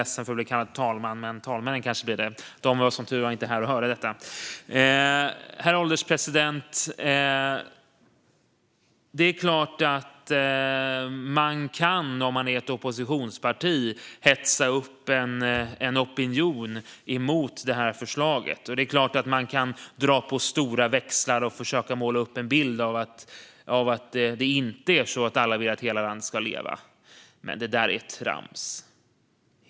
Det är klart att man, om man är ett oppositionsparti, kan hetsa upp en opinion mot detta förslag. Det är klart att man kan dra på stora växlar och försöka att måla upp en bild av att det inte är så att alla vill att hela landet ska leva. Men det där är trams.